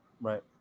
Right